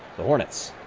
the hornets.